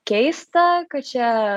keista kad čia